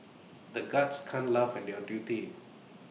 the guards can't laugh when they are duty